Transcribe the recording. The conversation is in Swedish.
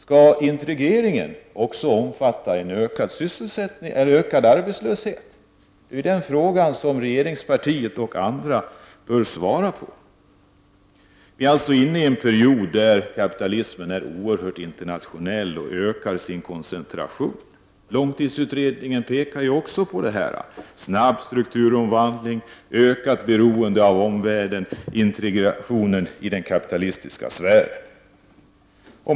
Skall integreringen också omfatta ökad arbetslöshet? Den frågan bör regeringspartiet och andra svara på. Vi är alltså inne i en period där kapitalismen är oerhört internationell och ökar sin koncentration. Långtidsutredningen pekar också på det här: snabb strukturomvandling, ökat beroende av omvärlden, integration i den kapitalistiska sfären.